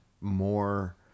more